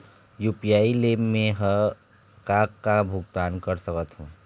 UPI ले मे हर का का भुगतान कर सकत हो?